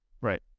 Right